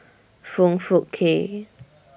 Foong Fook Kay